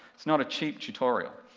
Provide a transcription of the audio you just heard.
it's not a cheap tutorial.